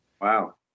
Wow